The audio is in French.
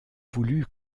voulu